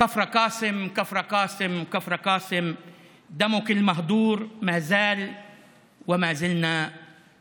/ כפר קאסם / כפר קאסם / כפר קאסם / דמך עודנו שפוך / ועודנו מתקוממים!"